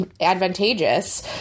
advantageous